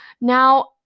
Now